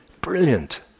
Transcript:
Brilliant